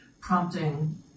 prompting